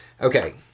Okay